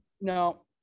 no